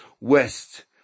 west